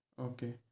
Okay